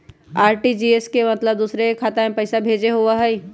RTGS के मतलब दूसरे के खाता में पईसा भेजे होअ हई?